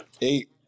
Eight